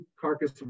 carcass